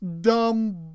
dumb